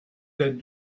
that